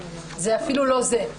זה אפילו לא זה.